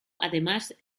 además